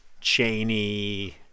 Cheney